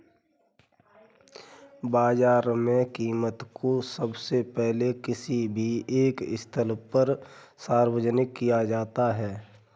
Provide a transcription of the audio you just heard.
बाजार में कीमत को सबसे पहले किसी भी एक स्थल पर सार्वजनिक किया जाता है